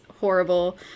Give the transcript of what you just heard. horrible